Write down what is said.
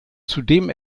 zudem